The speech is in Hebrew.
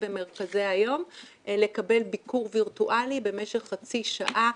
במרכזי היום לקבל ביקור וירטואלי במשך חצי שעה.